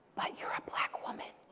but you're a black woman.